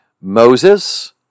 Moses